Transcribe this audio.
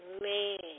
man